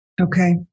Okay